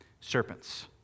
serpents